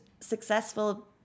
successful